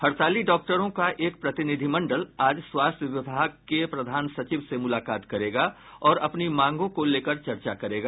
हड़ताली डॉक्टरों का एक प्रतिनिधिमंडल आज स्वास्थ्य विभाग के प्रधान सचिव से मुलाकात करेगा और अपनी मांगों को लेकर चर्चा करेगा